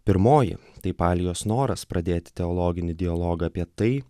pirmoji tai partijos noras pradėti teologinį dialogą apie tai